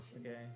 Okay